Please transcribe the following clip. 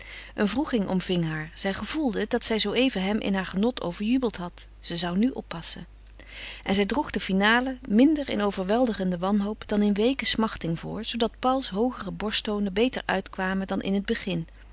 een wroeging omving haar zij gevoelde het dat zij zooeven hem in haar genot overjubeld had ze zou nu oppassen en zij droeg de finale minder in overweldigende wanhoop dan in weeke smachting voor zoodat pauls hooge borsttonen beter uitkwamen dan in het begin